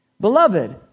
Beloved